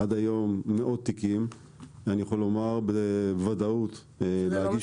עד היום מאות תיקים ואני יכול לומר בוודאות שלהגיש